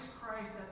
Christ